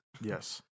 Yes